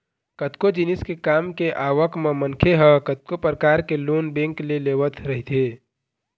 कतको जिनिस के काम के आवक म मनखे ह कतको परकार के लोन बेंक ले लेवत रहिथे